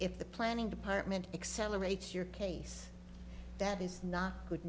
if the planning department accelerates your case that is not